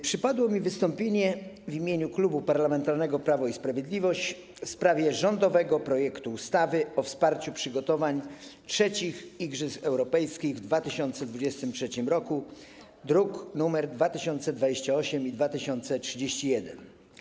Przypadło mi wystąpienie w imieniu Klubu Parlamentarnego Prawo i Sprawiedliwość w sprawie rządowego projektu ustawy o zmianie ustawy o wsparciu przygotowania III Igrzysk Europejskich w 2023 roku, druki nr 2028 i 2031.